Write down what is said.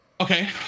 Okay